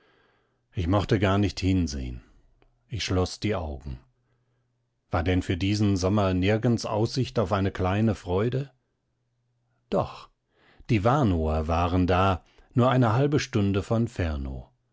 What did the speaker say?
ich mochte gar nicht hinsehen ich schloß die augen war denn für diesen sommer nirgends aussicht auf eine kleine freude doch die warnower waren da nur eine halbe stunde von fernow